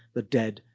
the dead,